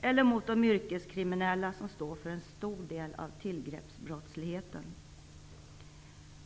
eller mot de yrkeskriminella, som står för en stor del av tillgreppsbrottsligheten.